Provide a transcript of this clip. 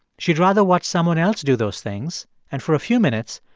she'd rather watch someone else do those things and, for a few minutes,